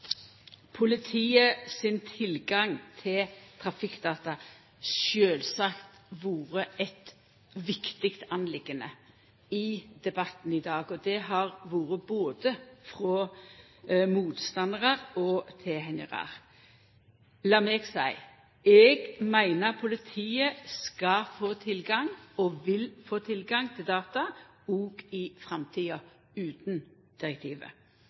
politiet sin tilgang til trafikkdata sjølvsagt vore ei viktig sak i debatten i dag både for motstandarar og tilhengarar. Lat meg seia at eg meiner at politiet skal få tilgang og vil få tilgang til data òg i framtida utan direktivet.